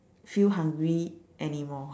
feel hungry anymore